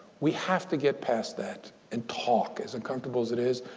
we have to get past that and talk, as uncomfortable as it is,